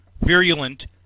virulent